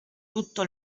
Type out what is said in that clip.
tutto